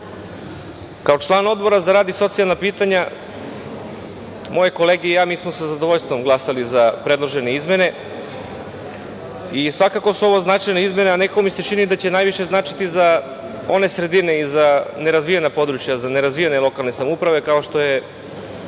član Odbora za rad i socijalna pitanja, moje kolege i ja smo sa zadovoljstvom glasali za predložene izmene i svakako su ovo značajne izmene i nekako mi se čini da će više značiti za one sredine i za nerazvijena područja, za nerazvijene lokalne samouprave, kao što je